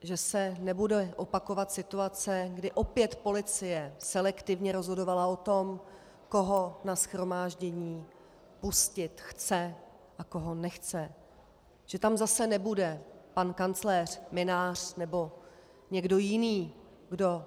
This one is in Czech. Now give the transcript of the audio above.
že se nebude opakovat situace, kdy opět policie selektivně rozhodovala o tom, koho na shromáždění pustit chce a koho nechce, že tam zase nebude pan kancléř Mynář nebo někdo jiný, kdo